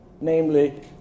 Namely